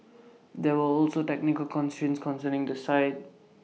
there were also technical constraints concerning the site